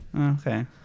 Okay